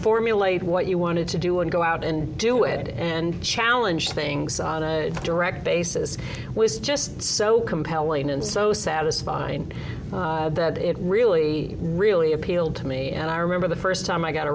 formulate what you wanted to do and go out and do it and challenge things on a direct basis was just so compelling and so satisfied that it really really appealed to me and i remember the first time i got